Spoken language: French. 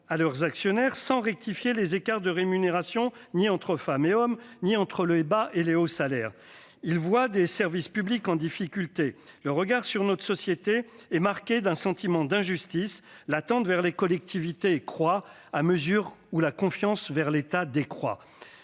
à leurs actionnaires sans pour autant rectifier les écarts de rémunérations, que ce soit entre les femmes et les hommes ou entre les bas et les hauts salaires. Ils voient des services publics en difficulté. Le regard qu'ils portent sur notre société est marqué d'un sentiment d'injustice, l'attente vis-à-vis des collectivités croît à mesure que la confiance envers l'État décroît.